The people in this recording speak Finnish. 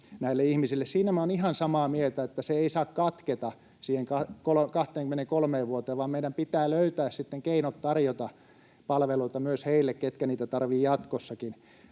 minä olen ihan samaa mieltä, että se ei saa katketa siihen 23 vuoteen, vaan meidän pitää löytää sitten keinot tarjota palveluita myös heille, ketkä niitä tarvitsevat jatkossakin.